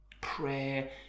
Prayer